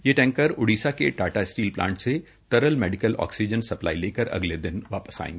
ये टैंकर उड़ीसा के Tata Steel plant से तरल मेडिकल ऑक्सीजन सप्लाई लेकर अगले दिन वापिस आएंगे